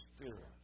Spirit